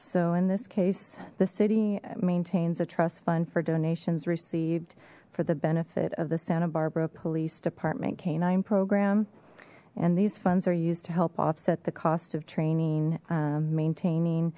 so in this case the city maintains a trust fund for donations received for the benefit of the santa barbara police department k program and these funds are used to help offset the cost of training maintaining